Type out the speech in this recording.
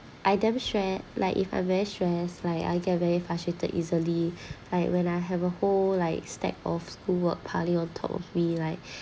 I damn str~ like if I'm very stress like I get very frustrated easily like when I have a whole like stack of schoolwork piling on top of me like